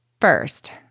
First